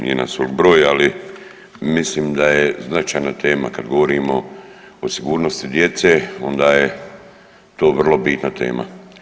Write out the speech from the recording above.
nas broj ali mislim da je značajna tema kad govorimo o sigurnosti djece, onda je to vrlo bitna tema.